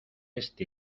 este